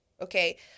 Okay